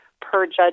per-judge